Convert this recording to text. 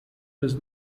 was